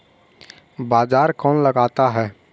बाजार कौन लगाता है?